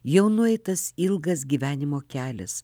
jau nueitas ilgas gyvenimo kelias